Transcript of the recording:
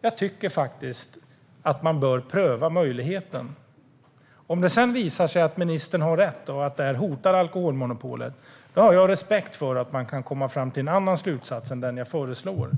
Jag tycker faktiskt att man bör pröva möjligheten. Om det sedan visar sig att ministern har rätt och att detta hotar alkoholmonopolet har jag respekt för att man kan komma fram till en annan slutsats än den jag föreslår.